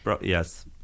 Yes